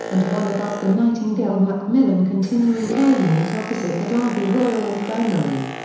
and one above the nightingale-macmillan continuing care unit opposite the derby royal infirmary.